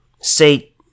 say